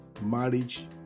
marriage